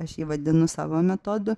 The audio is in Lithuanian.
aš jį vadinu savo metodu